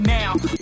now